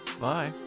Bye